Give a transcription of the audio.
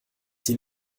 sie